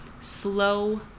slow